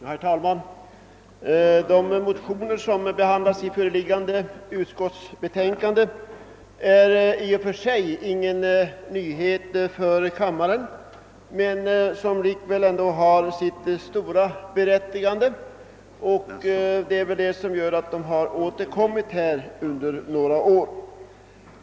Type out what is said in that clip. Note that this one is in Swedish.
Herr talman! De motioner som behandlas i föreliggande utskottsbetänkande är i och för sig ingen nyhet för kammaren men de har likväl sitt stora berättigande, och det är väl anledningen till att de har återkommit under några år.